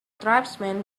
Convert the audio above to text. tribesmen